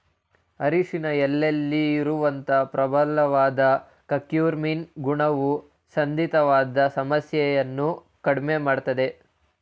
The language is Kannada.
ಅರಿಶಿನ ಎಲೆಲಿ ಇರುವಂತ ಪ್ರಬಲವಾದ ಕರ್ಕ್ಯೂಮಿನ್ ಗುಣವು ಸಂಧಿವಾತ ಸಮಸ್ಯೆಯನ್ನ ಕಡ್ಮೆ ಮಾಡ್ತದೆ